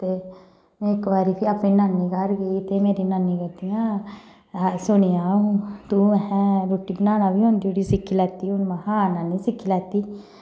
ते में इक बारी फिर अपने नानी घर गेई ते मेरी नानी करदियां सुनेआं तूं अहैं रुट्टी बनाना बी औंदी उठी सिक्खी लैत्ती महां हां नानी सिक्खी लैत्ती